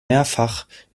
mehrfach